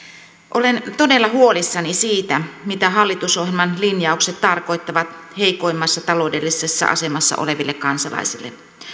olen todella huolissani siitä mitä hallitusohjelman linjaukset tarkoittavat heikoimmassa taloudellisessa asemassa oleville kansalaisille